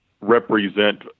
represent